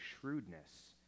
shrewdness